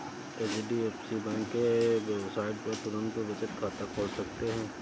HDFC bank के website पर तुरंत बचत खाता खोल सकते है